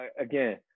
again